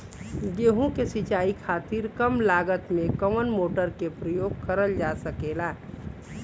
गेहूँ के सिचाई खातीर कम लागत मे कवन मोटर के प्रयोग करल जा सकेला?